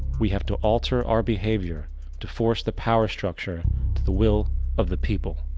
we have to alter our behavior to force the power structure to the will of the people.